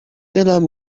دلم